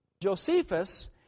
Josephus